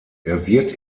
wird